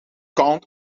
count